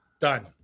Done